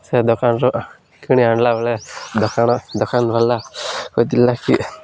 ସେ ଦୋକାନରୁ କିଣି ଆଣିଲା ବେଳେ ଦୋକାନ ଦୋକାନବାଲା କହିଥିଲା କି